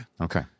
Okay